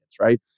right